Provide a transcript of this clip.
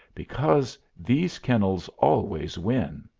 because these kennels always win.